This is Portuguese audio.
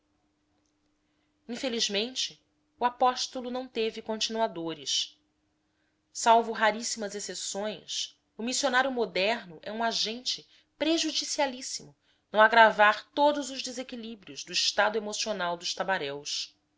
infelizmente o apóstolo não teve continuadores salvo raríssimas exceções o missionário moderno é um agente prejudicialíssimo no agravar todos os desequilíbrios do estado emocional dos tabaréus sem